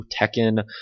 Tekken